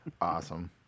Awesome